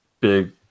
big